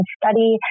study